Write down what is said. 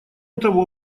того